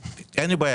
אין לי בעיה.